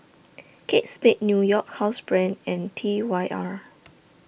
Kate Spade New York Housebrand and T Y R